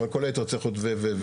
כל היתר צריך להיות "ו", ו" וכולי.